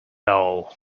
all